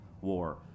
war